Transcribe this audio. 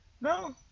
No